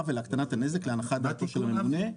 ולהקטנת הנזק, להנחת דעתו של הממונה20